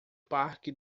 parque